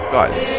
Guys